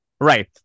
Right